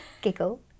Giggle